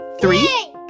Three